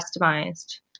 customized